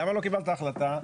למה לא קיבלת החלטה.